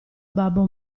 babbo